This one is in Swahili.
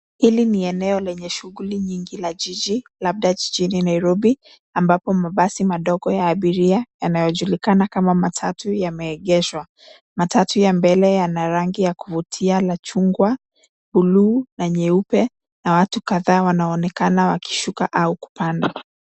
Hili ni eneo lenye shughuli nyingi la jiji, labda jiji la Nairobi ambapo mabasi madogo ya abiria yanayojulikana kama matatu yameegeshwa. Matatu ya mbele yana rangi ya kuvutia la chungwa, bluu na nyeupe na watu kadhaa wanaonekana wakishuka au kupanda.